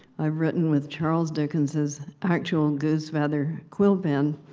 i've written with charles dickens's actual goose feather quill pen,